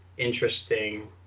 Interesting